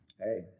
Hey